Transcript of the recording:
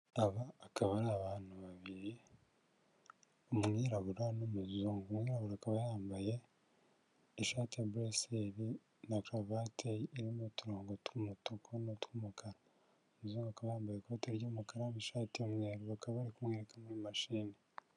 Aba akaba ari abantu babiri umwirabura n'umuzungu, umwirabura akaba yambaye ishati ya buresiyeri na karuvate irimo uturongo tw'umutuku n'utw'umukara, umuzungu akaba yambaye ikoti ry'umukara n'ishati y'umweru bakaba bari kumwereka muri mashini.